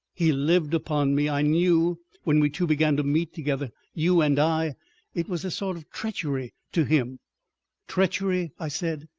he lived upon me. i knew when we two began to meet together, you and i it was a sort of treachery to him treachery! i said.